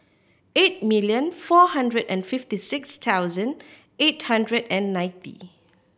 eight million four hundred and fifty six thousand eight hundred and ninety